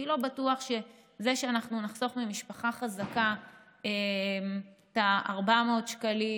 כי לא בטוח שזה שאנחנו נחסוך ממשפחה חזקה את ה-400 שקלים,